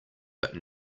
but